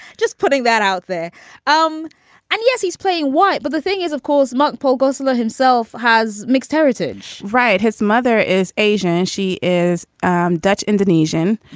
just putting that out there um and yes, he's playing white. but the thing is, of course, mark pogo's lower himself has mixed heritage right. his mother is asian and she is um dutch, indonesian.